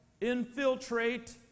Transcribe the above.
infiltrate